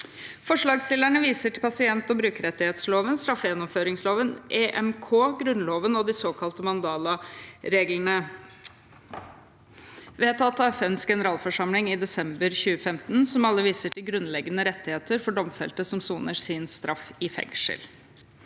Forslagsstillerne viser til pasient- og brukerrettighetsloven, straffegjennomføringsloven, EMK, Grunnloven og de såkalte Mandelareglene vedtatt av FNs generalforsamling i desember 2015, som alle viser til grunnleggende rettigheter for domfelte som soner sin straff i fengsel.